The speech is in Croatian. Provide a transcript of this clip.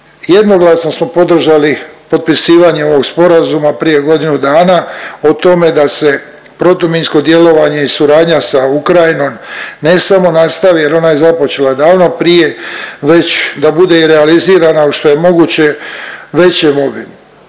jednoglasno smo podržali potpisivanje ovog sporazuma prije godinu dana o tome da se protuminsko djelovanje i suradnja sa Ukrajinom ne samo nastavi jer ona je započela davno prije već da bude i realizirana u što je moguće većem obimu.